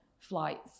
flights